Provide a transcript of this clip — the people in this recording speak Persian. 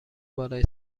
بالای